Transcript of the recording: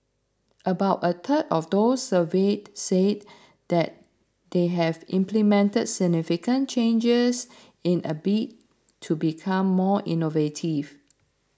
about a third of those surveyed said that they have implemented significant changes in a bid to become more innovative